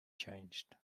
changed